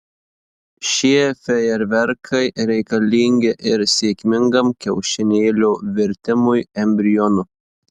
šie fejerverkai reikalingi ir sėkmingam kiaušinėlio virtimui embrionu